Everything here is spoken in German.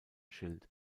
schild